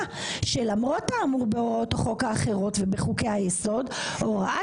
שלמרות האמור בהוראות החוק האחרות ובחוקי היסוד הוראת